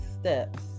steps